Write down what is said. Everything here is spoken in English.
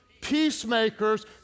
peacemakers